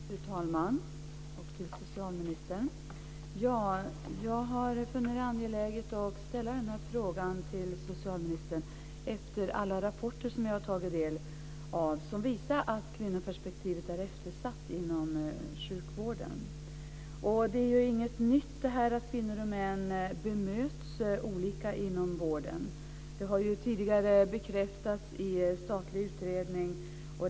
Fru talman! Socialministern! Jag har funnit det angeläget att ställa den här frågan till socialministern efter alla rapporter som jag har tagit del av som visar att kvinnoperspektivet är eftersatt inom sjukvården. Det är inget nytt att kvinnor och män bemöts olika inom vården. Det har tidigare bekräftats i en statlig utredning.